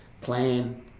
Plan